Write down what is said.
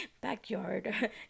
backyard